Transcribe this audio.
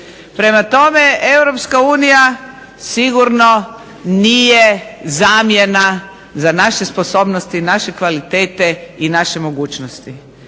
Prema tome, Europska unija sigurno nije zamjena za naše sposobnosti, naše kvalitete i naše mogućnosti